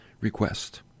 request